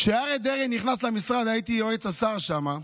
כשאריה דרעי נכנס למשרד, הייתי יועץ השר שם,